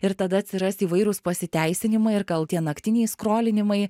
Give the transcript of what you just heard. ir tada atsiras įvairūs pasiteisinimai ir gal tie naktiniai skrolinimai